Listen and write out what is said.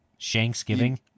Shanksgiving